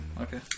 Okay